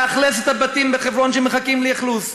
לאכלס את הבתים בחברון שמחכים לאכלוס,